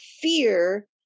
fear